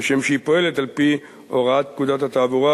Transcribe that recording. כשם שהיא פועלת על-פי הוראת פקודת התעבורה,